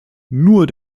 nur